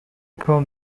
cone